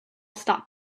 stop